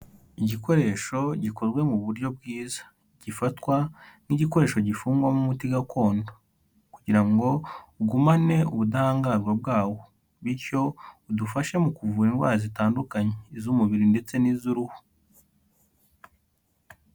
Igikoresho gikozwe mu buryo bwiza, gifatwa nk'igikoresho gifungwamo umuti gakondo kugira ngo ugumane ubudahangarwa bwawo, bityo udufashe mu kuvura indwara zitandukanye, iz'umubiri ndetse n'iz'uruhu.